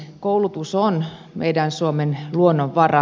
koulutus on meidän suomen luonnonvara